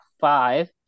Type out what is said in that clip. five